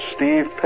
Steve